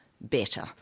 better